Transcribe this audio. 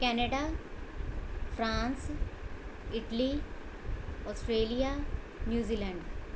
Canada France Italy Australia New Zealand